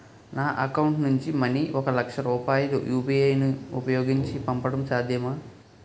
నా అకౌంట్ నుంచి మనీ ఒక లక్ష రూపాయలు యు.పి.ఐ ను ఉపయోగించి పంపడం సాధ్యమా?